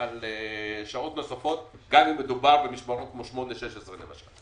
גם אם מדובר במשמרות של 8/16 .